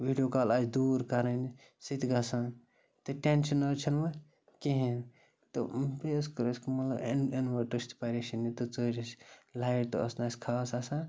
video call آسہِ دوٗر کَرٕنۍ سُہ تہِ گژھان تہٕ ٹٮ۪نشَن حظ چھُنہٕ وۄنۍ کِہیٖنۍ تہٕ بیٚیہِ حظ کٔر اَسہِ مطلب اِن اِنوٲٹرٕچ تہِ پریشٲنی تہٕ ژٔج اَسہِ لایِٹ ٲس نہٕ اَسہِ خاص آسان